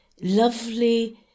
lovely